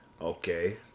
Okay